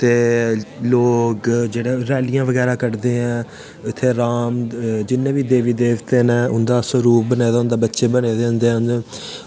ते लोग जेह्ड़े रैलियां बगैरा कढदे ऐं इत्थें राम जिन्ने बी देवी देवते न उं'दा स्वरूप बनाए दा होंदा बच्चें बने दो होंदे हैन ते